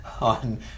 On